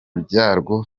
byarwo